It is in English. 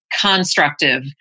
constructive